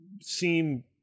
seem